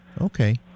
Okay